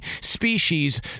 species